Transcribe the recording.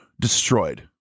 Destroyed